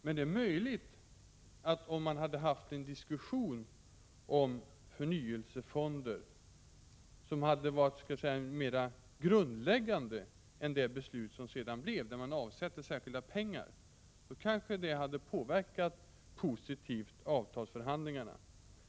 Men om man hade haft en diskussion om förnyelsefonder som hade inneburit något mer grundläggande än det beslut som sedan fattades — där man avsätter särskilda pengar — så hade det kanske påverkat avtalsförhandlingarna positivt.